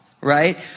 right